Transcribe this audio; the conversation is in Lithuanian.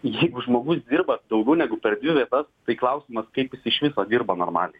jeigu žmogus dirba daugiau negu per dvi vietas tai klausimas kaip jis iš viso dirba normaliai